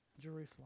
Jerusalem